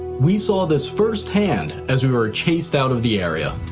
we saw this firsthand as we were chased out of the area.